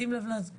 שים לב לנתון,